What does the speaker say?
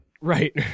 Right